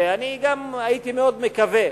ואני גם הייתי מאוד מקווה